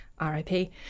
RIP